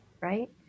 right